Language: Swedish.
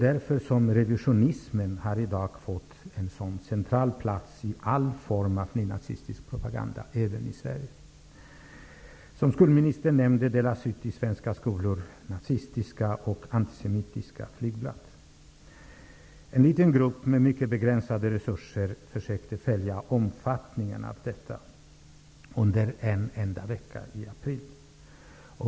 Därför har revisionismen i dag fått en så central plats i all form av nynazistisk propaganda, även i Som skolministern nämnde delas det ut nazistiska och antisemitiska flygblad i svenska skolor. En liten grupp med mycket begränsade resurser försökte följa omfattningen av detta under en enda vecka i april.